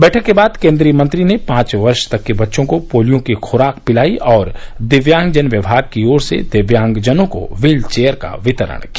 बैठक के बाद केन्दीय मंत्री ने पांच वर्ष तक के बच्चों को पोलियो की खुराक पिलायी और दिव्यांगजन विमाग की ओर से दिव्यांगजनों को व्हीलचेअर का वितरण किया